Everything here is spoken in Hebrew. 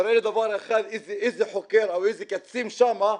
תראה לי איזה חוקר או איזה קצין שם,